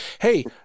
hey